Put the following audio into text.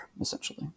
essentially